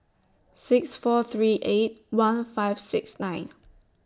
six four three eight one five six nine